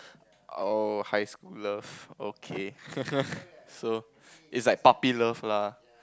oh high school love okay so it's like puppy love lah